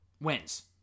wins